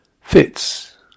fits